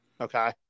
Okay